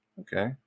Okay